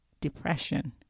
depression